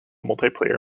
multiplayer